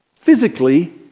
physically